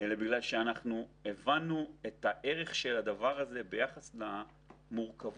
אלא בגלל שהבנו את הערך של זה ביחס למורכבות